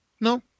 no